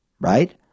right